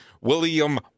William